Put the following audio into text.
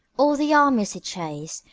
all the armies he'd chased,